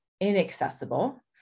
inaccessible